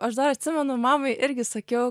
aš dar atsimenu mamai irgi sakiau